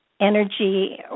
energy